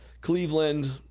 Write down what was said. Cleveland